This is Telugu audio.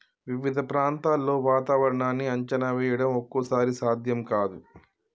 వివిధ ప్రాంతాల్లో వాతావరణాన్ని అంచనా వేయడం ఒక్కోసారి సాధ్యం కాదు